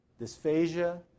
dysphagia